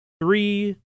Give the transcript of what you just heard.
three